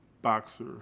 boxer